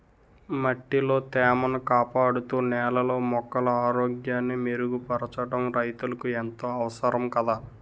మట్టిలో తేమను కాపాడుతూ, నేలలో మొక్కల ఆరోగ్యాన్ని మెరుగుపరచడం రైతులకు ఎంతో అవసరం కదా